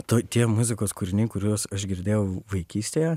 to tie muzikos kūriniai kuriuos aš girdėjau vaikystėje